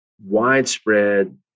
widespread